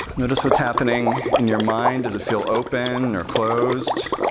notice what's happening in your mind does it feel open or closed?